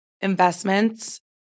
investments